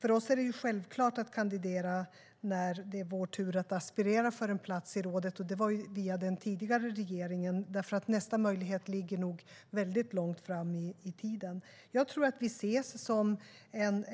För oss är det självklart att, via den tidigare regeringen, kandidera när det är vår tur att aspirera på en plats i rådet. Nästa möjlighet ligger nämligen väldigt långt fram i tiden. Jag tror att vi ses som en